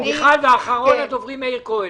מיכל וולדיגר, ואחרון הדוברים מאיר כהן.